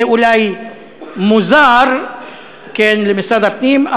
זה אולי מוזר למשרד הפנים,